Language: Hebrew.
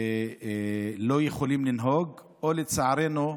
הם לא יכולים לנהוג, או שחלקם, לצערנו,